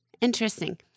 Interesting